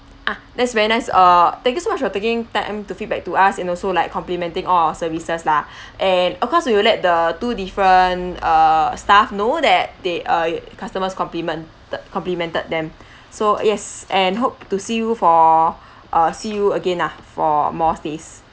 ah that's very nice uh thank you so much for taking time to feedback to us and also like complimenting all of our services lah and of course we will let the two different uh staff know that they uh customers complimented complimented them so yes and hope to see you for uh see you again lah for more stays